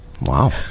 Wow